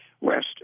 west